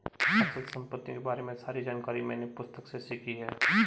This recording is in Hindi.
अचल संपत्तियों के बारे में सारी जानकारी मैंने पुस्तक से सीखी है